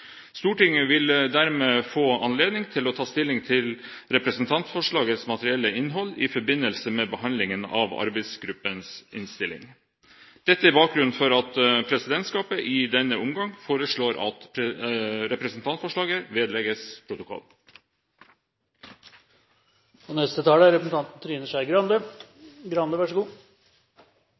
Stortinget vil dermed få anledning til å ta stilling til representantforslagets materielle innhold i forbindelse med behandlingen av arbeidsgruppens innstilling. Dette er bakgrunnen for at presidentskapet i denne omgang foreslår at representantforslaget vedlegges protokollen. Venstre er